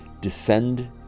descend